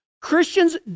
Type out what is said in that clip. christians